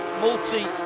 multi